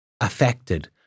affected